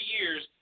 years